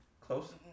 Close